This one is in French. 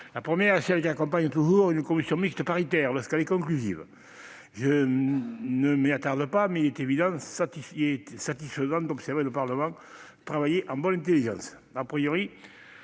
La première est celle qui accompagne toujours une commission mixte paritaire lorsqu'elle est conclusive. Je ne m'y attarde pas, mais il est évidemment satisfaisant d'observer le Parlement travailler en bonne intelligence., ce projet